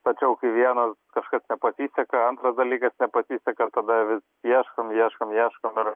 tačiau kai vienas kažkas nepasiseka antras dalykas nepasiseka tada vis ieškom ieškom ieškom ir